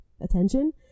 attention